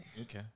Okay